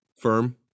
firm